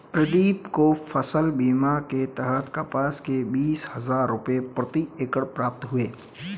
प्रदीप को फसल बीमा के तहत कपास में बीस हजार रुपये प्रति एकड़ प्राप्त हुए